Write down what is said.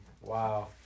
Wow